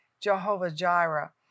Jehovah-Jireh